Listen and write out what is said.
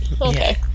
Okay